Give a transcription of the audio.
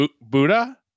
Buddha